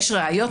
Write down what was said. יש ראיות,